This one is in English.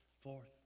fourth